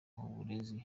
umurezi